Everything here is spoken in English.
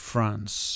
France